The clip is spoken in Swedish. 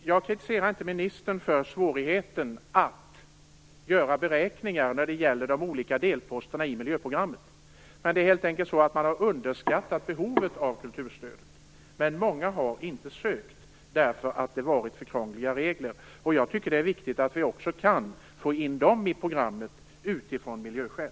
Jag kritiserar inte ministern för svårigheten att göra beräkningar när det gäller de olika delposterna i miljöprogrammet. Det är helt enkelt så att man har underskattat behovet av kulturstöd. Många har, som sagt, inte ansökt om stödet, därför att reglerna varit för krångliga. Jag tycker att det är viktigt att vi kan få in också dem i programmet just av miljöskäl.